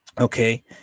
okay